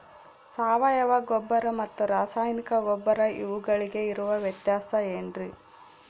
ಸಾವಯವ ಗೊಬ್ಬರ ಮತ್ತು ರಾಸಾಯನಿಕ ಗೊಬ್ಬರ ಇವುಗಳಿಗೆ ಇರುವ ವ್ಯತ್ಯಾಸ ಏನ್ರಿ?